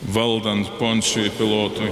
valdant poncijui pilotui